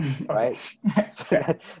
right